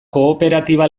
kooperatiba